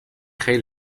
خیلی